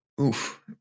oof